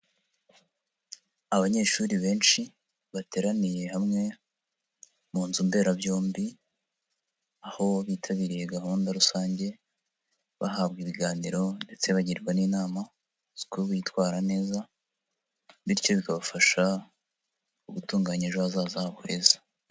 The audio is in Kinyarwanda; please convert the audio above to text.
Abanyeshuri benshi bateraniye hamwe mu nzu mberabyombi, aho bitabiriye gahunda rusange bahabwa ibiganiro ndetse bagirwa n'inama z'uko bitwara neza, bityo bikabafasha gutunganya ejo hazaza habo heza.